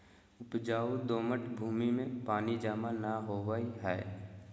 उपजाऊ दोमट भूमि में पानी जमा नै होवई हई